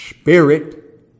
spirit